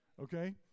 okay